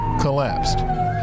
collapsed